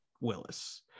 Willis